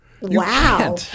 Wow